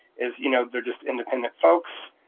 is you know they're just independent folks.